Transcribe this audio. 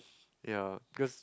ya because